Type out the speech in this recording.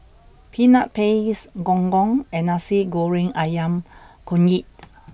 peanut paste gong gong and Nasi Goreng Ayam Kunyit